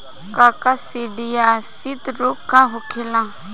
काकसिडियासित रोग का होखेला?